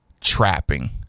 Trapping